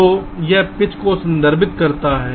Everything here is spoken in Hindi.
तो यह पिच को संदर्भित करता है